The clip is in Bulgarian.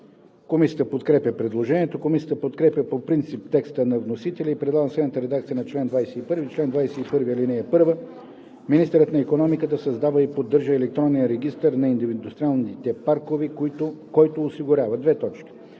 Комисията подкрепя предложението. Комисията подкрепя по принцип текста на вносителя и предлага следната редакция на чл. 21: „Чл. 21. (1) Министърът на икономиката създава и поддържа електронен регистър на индустриалните паркове, който осигурява: 1.